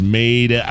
made